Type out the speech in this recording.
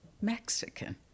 Mexican